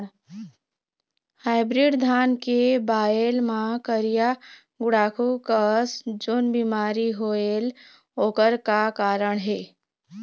Hybrid धान के बायेल मां करिया गुड़ाखू कस जोन बीमारी होएल ओकर का कारण हे?